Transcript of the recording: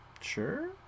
Sure